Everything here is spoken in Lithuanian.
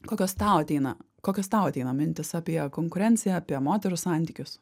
kokios tau ateina kokios tau ateina mintys apie konkurenciją apie moterų santykius